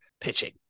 pitching